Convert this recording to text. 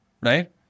Right